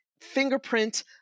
fingerprint